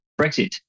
Brexit